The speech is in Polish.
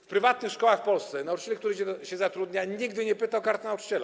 W prywatnych szkołach w Polsce nauczyciel, który się zatrudnia, nigdy nie pyta o Kartę Nauczyciela.